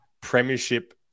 Premiership